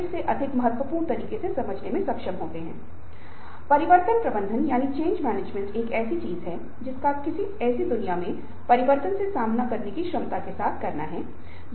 गैर प्रेरित लोगों के मामले में आपको अनुपस्थिति बढ़ी हुई दुर्घटनाएं कच्चे माल की बर्बादी हिंसक व्यवहार अनुशासनहीनता काम की बुरी आदतें उदासीनता कोडांतरण असेंबलिंग Assembling में त्रुटियां सामग्री दाखिल करने और रिपोर्टिंग करने में समस्या होगी